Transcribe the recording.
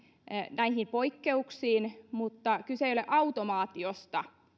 näihin poikkeuksiin mutta kyse ei ole automaatiosta